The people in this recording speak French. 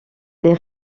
les